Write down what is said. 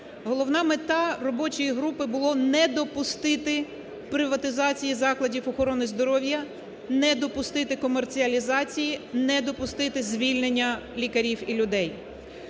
Головна мета робочої групи була не допустити приватизації закладів охорони здоров'я, не допустити комерціалізації, не допустити звільнення лікарів і людей.